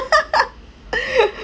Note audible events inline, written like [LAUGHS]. [LAUGHS]